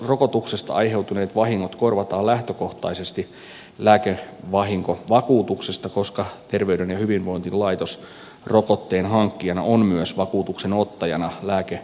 rokotuksesta aiheutuneet vahingot korvataan lähtökohtaisesti lääkevahinkovakuutuksesta koska terveyden ja hyvinvoinnin laitos rokotteen hankkijana on myös vakuutuksenottajana lääkevahinkovakuutuksessa